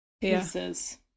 pieces